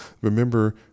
remember